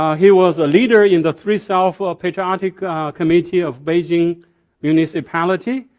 um he was a leader in the three-self patriotic committee of beijing municipality.